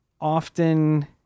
often